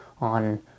on